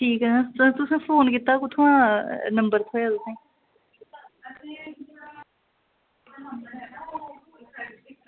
ठीक ऐ एह् तुसें फोन कीता एह् कुत्थुआं नंबर थ्होआ तुसें ई